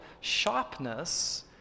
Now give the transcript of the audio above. sharpness